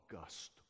August